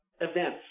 events